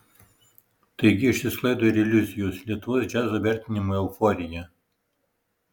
taigi išsisklaido ir iliuzijos lietuvos džiazo vertinimų euforija